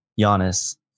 Giannis